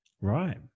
Right